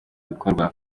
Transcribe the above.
bikorwa